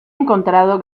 encontrado